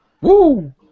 Woo